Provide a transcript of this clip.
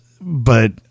but-